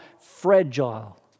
fragile